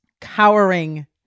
cowering